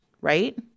Right